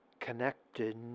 connected